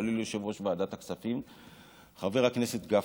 כולל יושב-ראש ועדת הכספים חבר הכנסת גפני,